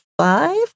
five